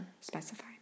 specified